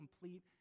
complete